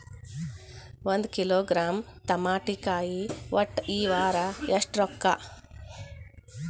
ಒಂದ್ ಕಿಲೋಗ್ರಾಂ ತಮಾಟಿಕಾಯಿ ಒಟ್ಟ ಈ ವಾರ ಎಷ್ಟ ರೊಕ್ಕಾ?